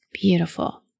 Beautiful